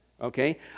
okay